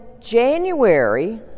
January